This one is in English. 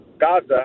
Gaza